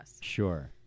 Sure